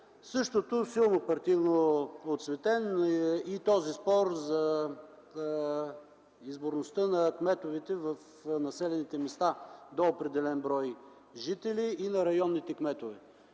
Силно партийно оцветен е спорът за изборността на кметовете в населените места до определен брой жители и на районни кметове.